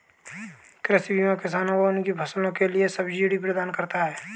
कृषि बीमा किसानों को उनकी फसलों के लिए सब्सिडी प्रदान करता है